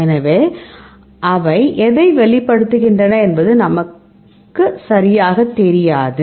எனவே அவை எதை வெளிப்படுத்துகின்றன என்பது சரியாகத் தெரியாது